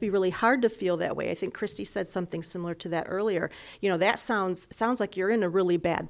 be really hard to feel that way i think christie said something similar to that earlier you know that sounds sounds like you're in a really bad